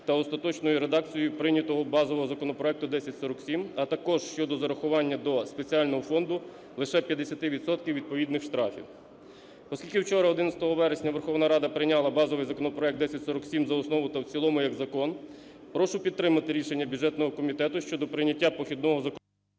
та остаточною редакцією прийнятого базового законопроекту 1047, а також щодо зарахування до спеціального фонду лише 50 відсотків відповідних штрафів. Оскільки вчора, 11 вересня, Верховна Рада прийняла базовий законопроект 1047 за основу та в цілому як закон, прошу підтримати рішення Бюджетного комітету щодо прийняття похідного… ГОЛОВУЮЧИЙ.